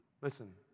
Listen